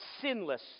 sinless